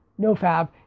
NoFab